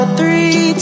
three